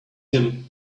him